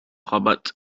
rabat